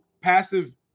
passive